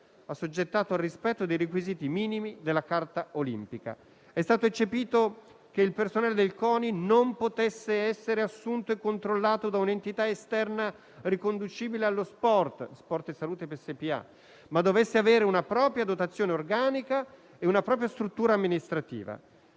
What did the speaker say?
assoggettato al rispetto dei requisiti minimi della carta olimpica. È stato eccepito che il personale del CONI non potesse essere assunto e controllato da un'entità esterna riconducibile alla Sport e Salute SpA, ma che dovesse avere una propria dotazione organica e una propria struttura amministrativa.